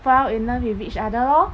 fell in love with each other lor